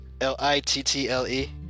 L-I-T-T-L-E